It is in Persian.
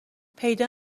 پیدا